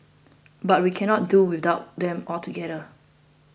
but we cannot do without them altogether